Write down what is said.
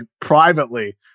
privately